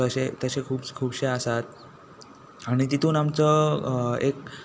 तशे तशे खूब खुबशे आसात आनी तितूंत आमचो एक